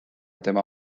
tema